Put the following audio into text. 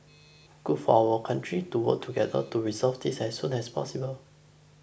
good for our country to work together to resolve this as soon as possible